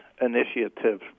initiative